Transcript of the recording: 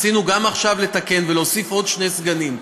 רצינו גם עכשיו לתקן, ולהוסיף עוד שני סגנים,